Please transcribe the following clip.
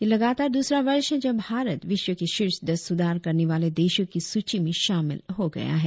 यह लगातार द्रसरा वर्ष है जब भारत विश्व के शीर्ष दस सुधार करने वाले देशों की सूची में शामिल हो गया है